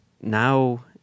now